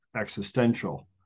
existential